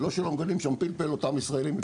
לא שלא מגדלים שם פלפל אותם ישראלים,